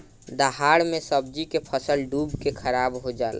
दहाड़ मे सब्जी के फसल डूब के खाराब हो जला